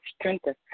strengthen